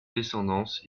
descendance